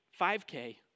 5k